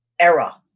era